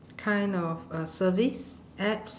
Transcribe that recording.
kind of uh service apps